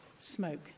smoke